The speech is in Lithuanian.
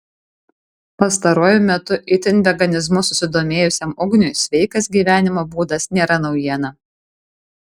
pastaruoju metu itin veganizmu susidomėjusiam ugniui sveikas gyvenimo būdas nėra naujiena